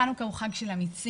חנוכה הוא חג של אמיצים,